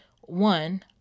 one